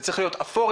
זה צריך להיות אפור,